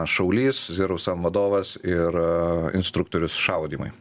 šaulys zerosum vadovas ir instruktorius šaudymui